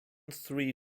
three